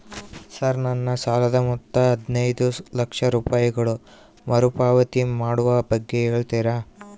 Sir ನನ್ನ ಸಾಲದ ಮೊತ್ತ ಹದಿನೈದು ಲಕ್ಷ ರೂಪಾಯಿಗಳು ಮರುಪಾವತಿ ಮಾಡುವ ಬಗ್ಗೆ ಹೇಳ್ತೇರಾ?